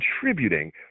contributing